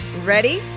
Ready